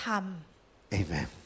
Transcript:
Amen